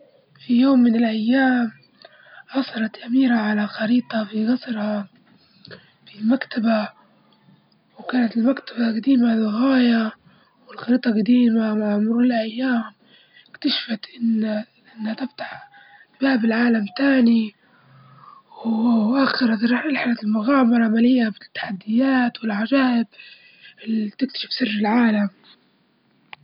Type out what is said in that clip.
في يوم من الأيام، عثرت أميرة على خريطة في جصرها في مكتبة، وكانت المكتبة جديمة للغاية والخريطة جديمة، ومع مرور الأيام اكتشفت أن إنها تفتح باب لعالم تاني، ووخرت رحلة المغامرة مليئة بالتحديات والعجائب اللي تكتشف سرالعالم.